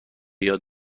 یاد